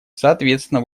соответственно